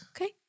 Okay